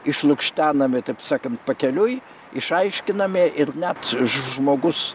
išlukštenami taip sakant pakeliui išaiškinami ir net žmogus